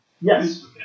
Yes